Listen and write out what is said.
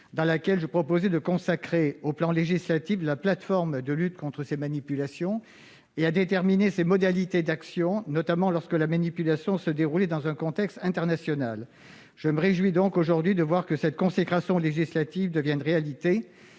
dans laquelle je proposais de consacrer sur le plan législatif la plateforme de lutte contre ces manipulations et de déterminer ses modalités d'action, notamment lorsque la manipulation se déroulait dans un contexte international. Je me réjouis donc aujourd'hui de constater que cette consécration législative est devenue une réalité